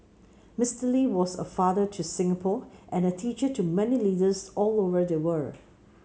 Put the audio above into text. Mister Lee was a father to Singapore and a teacher to many leaders all over the world